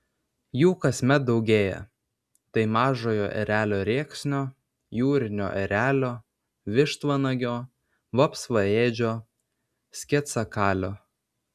jų kasmet daugėja tai mažojo erelio rėksnio jūrinio erelio vištvanagio vapsvaėdžio sketsakalio